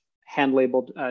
hand-labeled